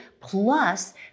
plus